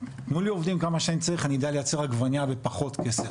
תנו לי עובדים כמה שצריך אני אדע לייצר עגבנייה בפחות כסף.